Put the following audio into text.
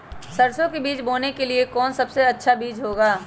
सरसो के बीज बोने के लिए कौन सबसे अच्छा बीज होगा?